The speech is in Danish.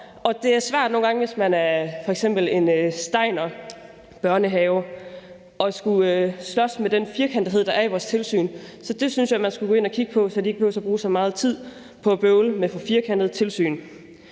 Det er svært nogle gange, hvis man f.eks. er en Rudolf Steiner-børnehave, at skulle slås med den firkantethed, der er i vores tilsyn. Så det synes jeg man skulle gå ind at kigge på, så de ikke behøver at bruge så meget tid på at bøvle med for firkantede tilsyn.